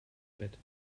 bett